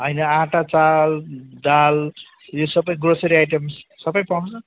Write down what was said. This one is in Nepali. होइन आँटा चामल दाल यो सबै ग्रोसरी आइटम्स सबै पाउँछ